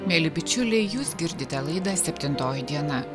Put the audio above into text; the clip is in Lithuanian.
mieli bičiuliai jūs girdite laidą septintoji diena